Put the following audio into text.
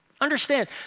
Understand